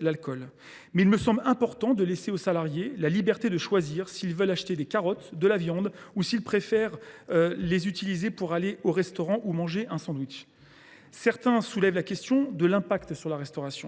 l’alcool. Mais il me semble important de laisser aux salariés la liberté de choisir s’ils veulent acheter des carottes ou de la viande, ou s’ils préfèrent les utiliser pour aller au restaurant ou manger un sandwich. Certains soulèvent la question des conséquences de cette